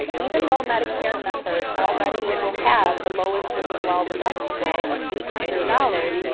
even though medicare members already will have the lowest livingwell deductible of eight hundred dollars,